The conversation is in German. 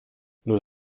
nur